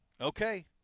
okay